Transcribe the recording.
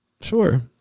Sure